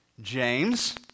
James